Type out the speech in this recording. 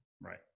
Right